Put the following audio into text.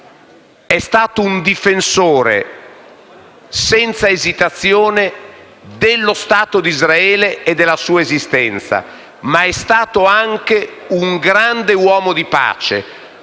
È stato un difensore senza esitazione dello Stato di Israele e della sua esistenza, ma è stato anche un grande uomo di pace.